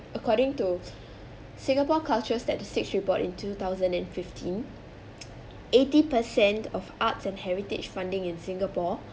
according to singapore cultural statistics report in two thousand and fifteen eighty percent of arts and heritage funding in singapore